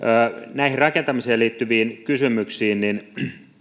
näihin rakentamiseen liittyviin kysymyksiin